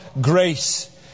grace